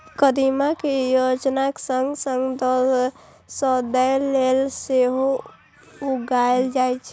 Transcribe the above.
कदीमा कें भोजनक संग संग सौंदर्य लेल सेहो उगायल जाए छै